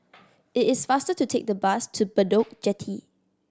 it is faster to take the bus to Bedok Jetty